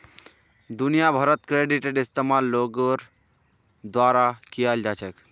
दुनिया भरत क्रेडिटेर इस्तेमाल लोगोर द्वारा कियाल जा छेक